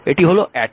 এটি হল অ্যাটো